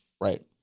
Right